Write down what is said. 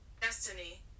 Destiny